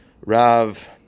Rav